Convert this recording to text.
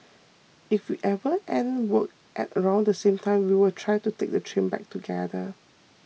if we ever end work at around the same time we will try to take the train back together